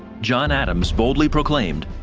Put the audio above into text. john adams boldly proclaimed.